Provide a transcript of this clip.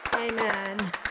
amen